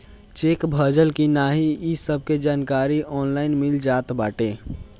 check भजल की नाही इ सबके जानकारी ऑनलाइन मिल जात बाटे